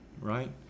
Right